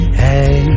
hey